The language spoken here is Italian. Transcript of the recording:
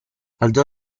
alzò